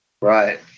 right